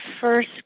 first